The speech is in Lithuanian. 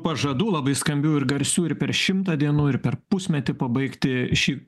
pažadų labai skambių ir garsių ir per šimtą dienų ir per pusmetį pabaigti šį